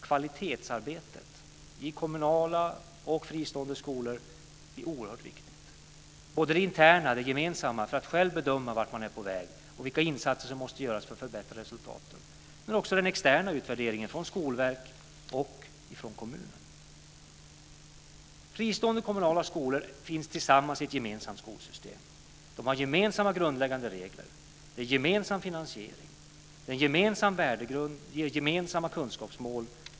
Kvalitetsarbetet i kommunala och fristående skolor är oerhört viktigt. Det gäller både det interna, för att själv bedöma vart man är på väg och vilka insatser som måste göras för att få bättre resultat, men också den externa utvärderingen från Skolverket och kommunen. Fristående kommunala skolor finns tillsammans i ett gemensamt skolsystem. De har gemensamma grundläggande regler med gemensam finansiering. En gemensam värdegrund ger gemensamma kunskapsmål.